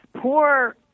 Poor